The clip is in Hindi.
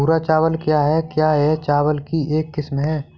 भूरा चावल क्या है? क्या यह चावल की एक किस्म है?